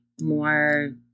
more